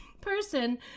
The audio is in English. person